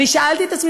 אני שאלתי את עצמי,